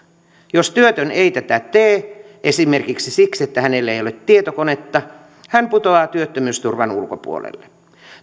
jos työtön ei tätä tee esimerkiksi siksi että hänellä ei ole tietokonetta hän putoaa työttömyysturvan ulkopuolelle